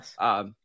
Yes